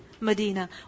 Medina